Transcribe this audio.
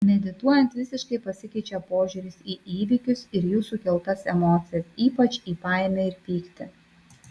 medituojant visiškai pasikeičia požiūris į įvykius ir jų sukeltas emocijas ypač į baimę ir pyktį